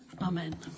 Amen